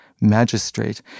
magistrate